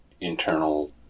internal